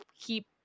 keep